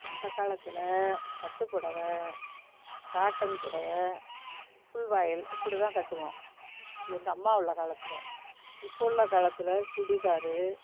அந்த காலத்தில் பட்டு புடவை காட்டன் புடவை ஃபுல் வாயில் இப்படி தான் கட்டுவோம் எங்கள் அம்மா உள்ள காலத்தில் இப்போ உள்ள காலத்தில் சுடிதாரு